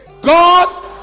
God